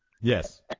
Yes